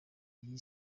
iyi